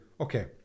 okay